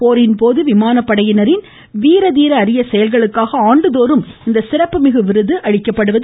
போரின்போது விமானப்படையினரின் வீரதீர அரிய செயல்களுக்காக ஆண்டுதோறும் இந்த சிறப்பு மிகு விருது அளிக்கப்படுகிறது